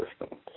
system